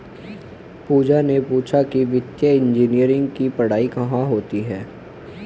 पूजा ने पूछा कि वित्तीय इंजीनियरिंग की पढ़ाई कहाँ होती है?